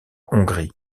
hongrie